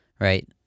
right